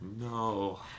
no